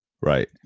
right